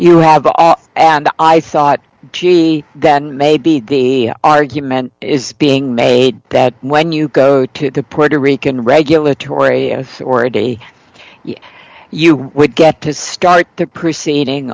you have all and i thought gee that may be the argument is being made that when you go to the puerto rican regulatory authority you would get to start the proceeding